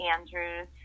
Andrews